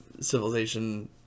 civilization